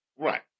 Right